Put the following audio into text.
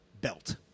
belt